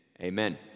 amen